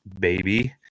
baby